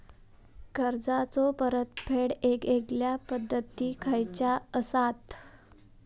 कर्जाचो परतफेड येगयेगल्या पद्धती खयच्या असात?